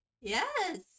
Yes